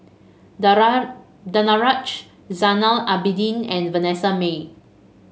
Danaraj Zainal Abidin and Vanessa Mae